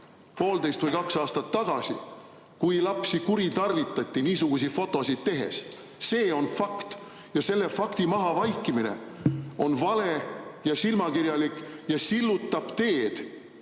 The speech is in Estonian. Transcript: poolteist või kaks aastat tagasi, kui lapsi kuritarvitati niisuguseid fotosid tehes. See on fakt ja selle fakti mahavaikimine on vale ja silmakirjalik ja sillutab teed